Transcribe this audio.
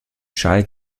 schalke